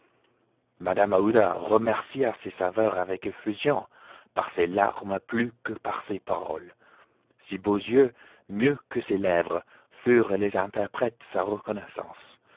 mrs aouda remercia ses sauveurs avec effusion par ses larmes plus que par ses paroles ses beaux yeux mieux que ses lèvres furent les interprètes de sa reconnaissance